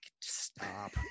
stop